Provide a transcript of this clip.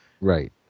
Right